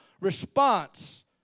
response